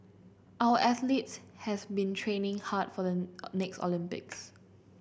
our athletes has been training hard for the next Olympics